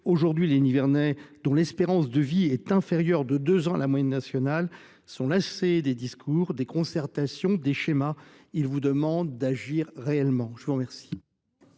Aujourd’hui, les Nivernais, dont l’espérance de vie est inférieure de deux ans à la moyenne nationale, sont lassés des discours, des concertations et des schémas : ils vous demandent d’agir réellement ! Nous aussi